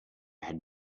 had